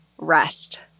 rest